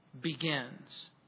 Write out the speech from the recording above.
begins